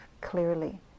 clearly